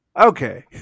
Okay